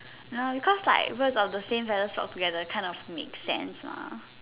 no because like where got the same feathers flock together kind of make sense mah